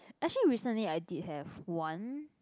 actually recently I did have one